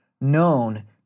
known